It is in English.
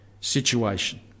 situation